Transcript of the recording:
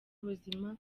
ubuzima